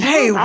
Hey